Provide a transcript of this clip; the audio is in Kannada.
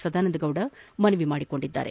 ಸದಾನಂದಗೌಡ ಮನವಿ ಮಾಡಿದ್ದಾರೆ